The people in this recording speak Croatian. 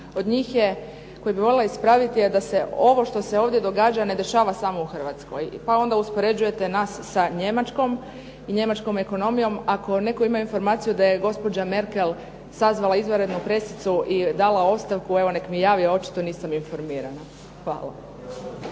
od njih je koji bi voljela ispraviti a da se ovo ovdje događa ne dešava samo u Hrvatskoj pa onda uspoređujete nas sa Njemačkoj i njemačkom ekonomijom, ako netko ima informaciju da je gospođa Merkel sazvala izvanrednu presicu i dala ostavku evo neka mi javi, očito nisam informirana. Hvala.